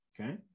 Okay